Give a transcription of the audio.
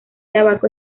tabaco